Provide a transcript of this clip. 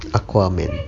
aquaman